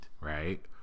right